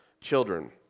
children